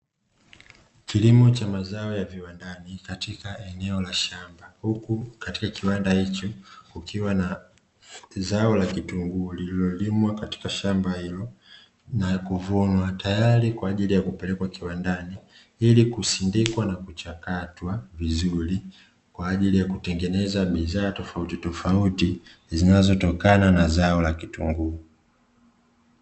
Kilimo cha mazao ya viwandani katika eneo la shamba, huku katika kiwanda hicho kukiwa na zao la kitunguu lililo limwa katika shamba hilo na kuvunwa, tayari kwaajili yakupelekwa kiwandani ili kusindikwa nakuchakatwa vizuri kwa ajili yakutengenezwa bidhaa tofautitofauti zinazotokana na zao la kitunguu.